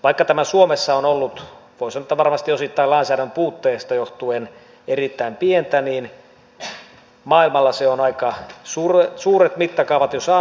vaikka tämä suomessa on ollut voi sanoa että varmasti osittain lainsäädännön puutteesta johtuen erittäin pientä niin maailmalla se on aika suuret mittakaavat jo saanut